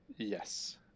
Yes